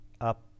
up